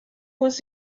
was